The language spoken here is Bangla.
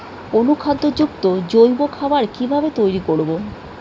অনুখাদ্য যুক্ত জৈব খাবার কিভাবে তৈরি করব?